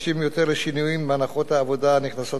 לשינויים בהנחות העבודה הנכנסות בחישוב.